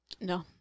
No